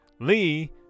Lee